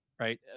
right